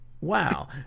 wow